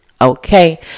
Okay